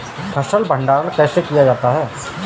फ़सल भंडारण कैसे किया जाता है?